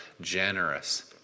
generous